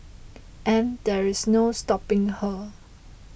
and there is no stopping her